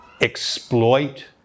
exploit